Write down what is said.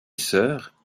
sœur